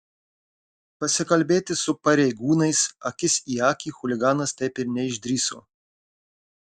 pasikalbėti su pareigūnais akis į akį chuliganas taip ir neišdrįso